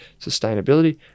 sustainability